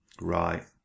Right